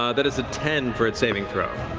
um that is a ten for its saving throw.